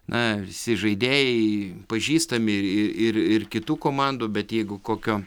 na visi žaidėjai pažįstami ir ir ir kitų komandų bet jeigu kokio